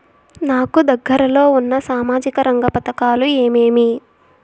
నాకు దగ్గర లో ఉన్న సామాజిక రంగ పథకాలు ఏమేమీ?